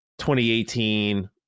2018